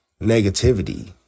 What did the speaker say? negativity